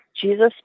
Jesus